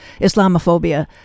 Islamophobia